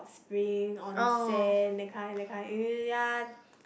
spring onsen that kind that kind uh ya